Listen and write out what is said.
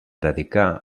dedicar